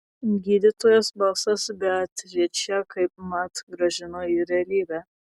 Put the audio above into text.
gydytojos balsas beatričę kaipmat grąžino į realybę